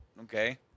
Okay